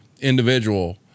individual